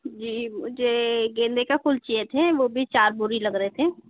जी मुझे गेंदा का फूल चाहिए थे वह भी चार बोरी लग रहे थे